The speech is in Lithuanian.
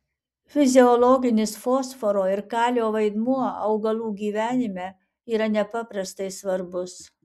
fiziologinis fosforo ir kalio vaidmuo augalų gyvenime yra nepaprastai svarbus